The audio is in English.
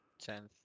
tenth